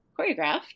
choreographed